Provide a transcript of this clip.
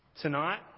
Tonight